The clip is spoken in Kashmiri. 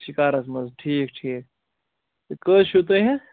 شِکارَس منٛز ٹھیٖک ٹھیٖک کٔژ چھُو تُہۍ ہے